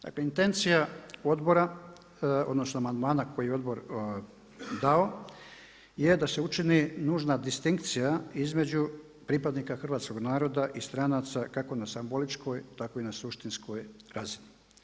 Dakle, intencija odbora odnosno amandmana koji je odbor dao je da se učini nužna distinkcija između pripadnika hrvatskog naroda i stranaca kako na simboličkoj, tako i na suštinskoj razini.